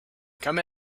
come